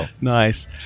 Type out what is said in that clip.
Nice